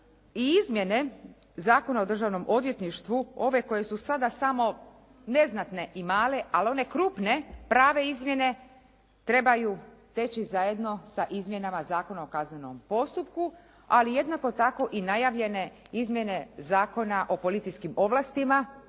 i izmjene Zakona o Državnom odvjetništvu, ove koje su sada samo neznatne i male ali one krupne, prave izmjene trebaju teći zajedno sa izmjenama Zakona o kaznenom postupku ali jednako tako i najavljene izmjene Zakona o policijskim ovlastima